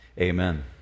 amen